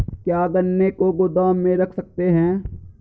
क्या गन्ने को गोदाम में रख सकते हैं?